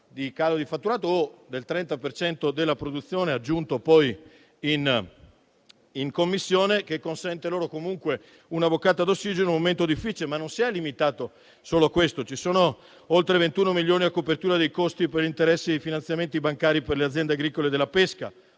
di calo di fatturato o del 30 per cento della produzione, aggiunto poi in Commissione, che consente loro di avere una boccata di ossigeno in un momento difficile. Non ci si è limitati però solamente a questo. Ci sono oltre 21 milioni a copertura dei costi per interessi di finanziamenti bancari per le aziende agricole e della pesca;